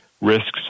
risks